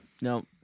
No